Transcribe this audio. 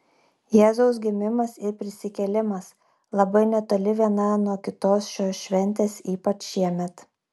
jėzaus gimimas ir prisikėlimas labai netoli viena nuo kitos šios šventės ypač šiemet